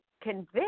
convince